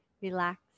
relax